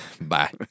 Bye